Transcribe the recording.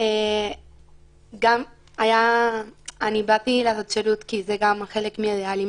זה היה חלק מזה